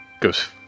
goes